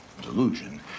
delusion